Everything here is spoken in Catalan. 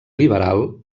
liberal